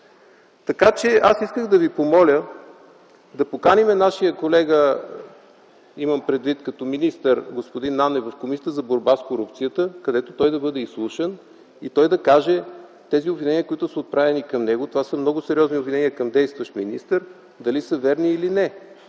Така че аз исках да Ви помоля да поканим нашия колега, имам предвид като министър, господин Нанев, в Комисията за борба с корупцията, където той да бъде изслушан и да каже тези обвинения, които са отправени към него, това са много сериозни обвинения към действащ министър, дали са верни или не.